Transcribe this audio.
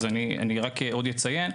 אז אני רק עוד אציין,